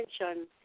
attention